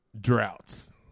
Droughts